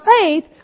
faith